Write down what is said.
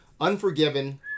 Unforgiven